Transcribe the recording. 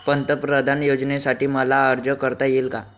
पंतप्रधान योजनेसाठी मला अर्ज करता येईल का?